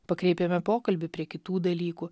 pakreipiame pokalbį prie kitų dalykų